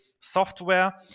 software